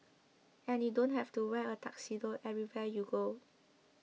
and you don't have to wear a tuxedo everywhere you go